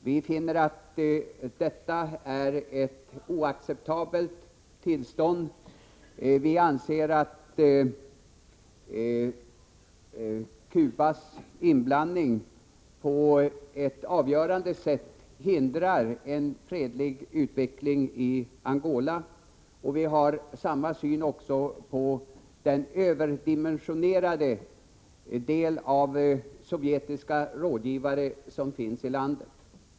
Vi finner detta oacceptabelt, och vi anser att Cubas inblandning på ett avgörande sätt hindrar en fredlig utveckling i Angola. Vi har samma syn på det överdimensionerade antal sovjetiska rådgivare som finns i landet.